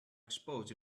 exposed